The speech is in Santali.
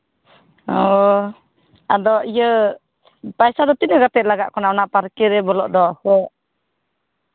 ᱚ ᱟᱫᱚ ᱤᱭᱟᱹ ᱯᱚᱭᱥᱟ ᱫᱚ ᱛᱤᱱᱟᱹᱜ ᱠᱟᱛᱮᱫ ᱞᱟᱜᱟᱜ ᱠᱟᱱᱟ ᱚᱱᱟ ᱯᱟᱨᱠᱮ ᱨᱮ ᱵᱚᱞᱚᱜ